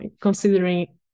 considering